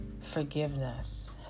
forgiveness